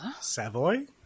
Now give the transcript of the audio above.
Savoy